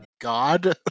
God